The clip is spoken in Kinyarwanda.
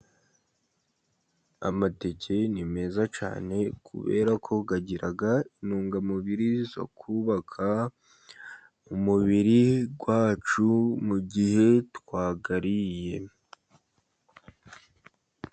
Amateke ni meza cyane, kubera ko agira intungamubiri zo kubaka umubiri wacu, mugihe twayariye.